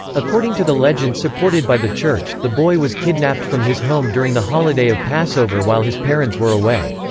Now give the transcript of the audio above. according to the legend supported by the church, the boy was kidnapped from his home during the holiday of passover while his parents were away.